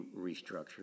restructure